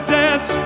dance